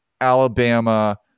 Alabama